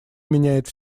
меняет